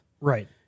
Right